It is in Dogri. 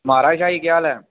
महाराज शाह जी केह् हाल ऐ